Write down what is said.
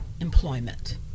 employment